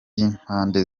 y’impande